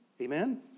Amen